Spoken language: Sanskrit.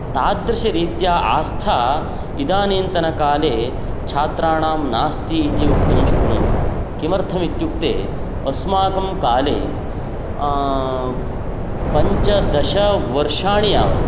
तादृशरीत्या व्यवस्था इदानीन्तनकाले छात्राणां नास्ति इति वक्तुं शक्नुमः किमर्थम् इत्युक्ते अस्माकं काले पञ्चदशवर्षाणि यावत्